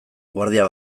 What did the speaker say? guardia